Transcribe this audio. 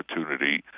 opportunity